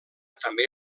també